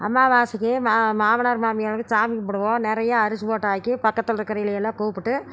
அமாவாசைக்கு மாமனார் மாமியாரோடு சாமி கும்பிடுவோம் நிறையா அரிசி போட்டு ஆக்கி பக்கத்தில் இருக்குறவங்களலாம் கூப்பிட்டு